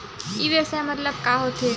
ई व्यवसाय मतलब का होथे?